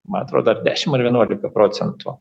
man atrodo ar dešimt ar vienuolika procentų